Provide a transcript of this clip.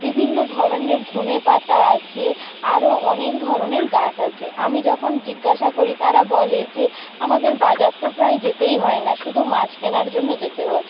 বিভিন্ন ধরণের ধনেপাতা আছে আরও অনেক ধরণের গাচ আছে আমি যখন জিজ্ঞাসা করি তারা বলে যে আমাদের বাজার তো প্রায় যেতেই হয় না শুধু মাছ কেনার জন্য যেতে হয়